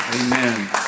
Amen